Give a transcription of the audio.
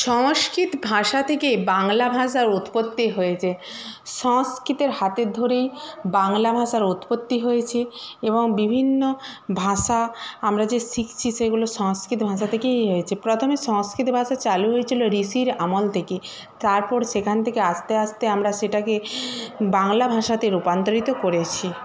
সংস্কৃত ভাষা থেকে বাংলা ভাষার উৎপত্তি হয়েছে সংস্কৃতের হাতের ধরেই বাংলা ভাষার উৎপত্তি হয়েছে এবং বিভিন্ন ভাষা আমরা যে শিখছি সেগুলো সংস্কৃত ভাষা থেকেই এ হয়েছে প্রথমে সংস্কৃত ভাষা চালু হয়েছিলো ঋষির আমল থেকে তারপর সেখান থেকে আস্তে আস্তে আমরা সেটাকে বাংলা ভাষাতে রূপান্তরিত করেছি